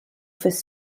fis